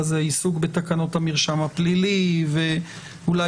אלא זה עיסוק בתקנות המרשם הפלילי ואולי